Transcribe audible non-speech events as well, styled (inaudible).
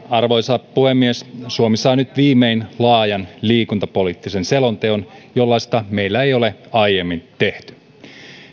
(unintelligible) arvoisa puhemies suomi saa nyt viimein laajan liikuntapoliittisen selonteon jollaista meillä ei ole aiemmin tehty